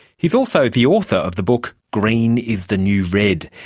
he's also the author of the book green is the new red.